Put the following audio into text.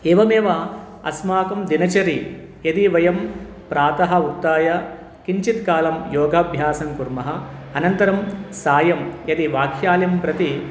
एवमेव अस्माकं दिनचर्यां यदि वयं प्रातः उत्थाय किञ्चित् कालं योगाभ्यासं कुर्मः अनन्तरं सायं यदि वाख्यालयं प्रति